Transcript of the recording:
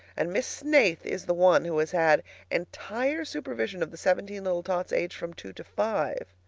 and miss snaith is the one who has had entire supervision of the seventeen little tots aged from two to five!